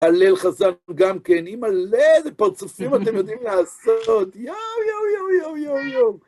הלל חזר גם כן, אימא'לה, איזה פרצופים אתם יודעים לעשות! יואו, יואו, יואו, יואו, יואו, יואו!